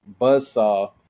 buzzsaw